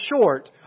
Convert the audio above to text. short